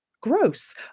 gross